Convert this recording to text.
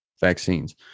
vaccines